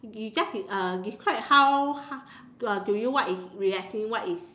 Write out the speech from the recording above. you just uh describe how do you what is reacting what is